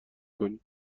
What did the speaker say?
کنی